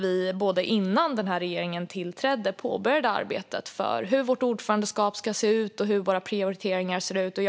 Vi påbörjade arbetet med hur vårt ordförandeskap och våra prioriteringar ska se ut redan innan den här regeringen tillträdde.